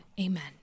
Amen